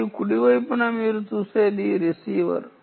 మరియు కుడి వైపున మీరు చూసేది రిసీవర్